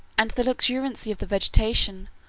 and the luxuriancy of the vegetation,